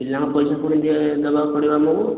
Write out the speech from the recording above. ପିଲାଙ୍କ ପଇସା ପୁଣି ଦେ ଦବାକୁ ପଡ଼ିବ ଆମକୁ